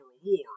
reward